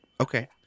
Okay